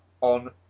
on